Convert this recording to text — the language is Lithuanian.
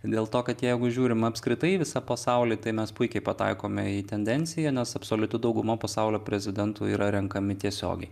dėl to kad jeigu žiūrim apskritai į visą pasaulį tai mes puikiai pataikome į tendencija nes absoliuti dauguma pasaulio prezidentų yra renkami tiesiogiai